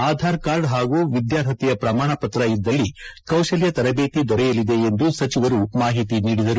Aadhaar card ಹಾಗೂ ವಿದ್ಯಾರ್ಹತೆಯ ಪ್ರಮಾಣ ಪತ್ರ ಇದ್ದಲ್ಲಿ ಕೌಶಲ್ಯ ತರಬೇತಿ ದೊರೆಯಲಿದೆ ಎಂದು ಸಚಿವರು ಮಾಹಿತಿ ನೀಡಿದರು